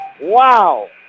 Wow